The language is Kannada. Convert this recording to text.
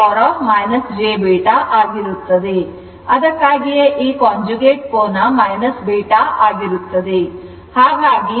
ಅದಕ್ಕಾಗಿಯೇ ಈ conjugate ಕೋನ β ಆಗಿರುತ್ತದೆ